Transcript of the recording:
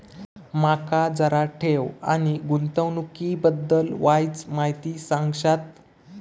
माका जरा ठेव आणि गुंतवणूकी बद्दल वायचं माहिती सांगशात?